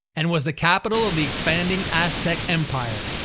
and was the capital of the expanding aztec empire.